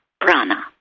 prana